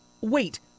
Wait